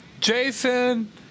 Jason